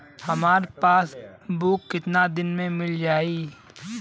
हमार पासबुक कितना दिन में मील जाई?